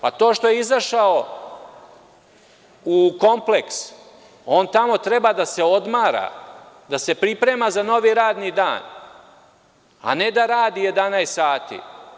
Pa, to što je izašao u kompleks on tamo treba da se odmara, da se priprema za novi radni dan, a ne da radi 11 sati.